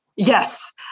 Yes